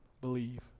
believe